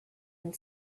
and